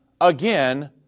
again